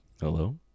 hello